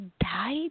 died